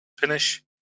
finish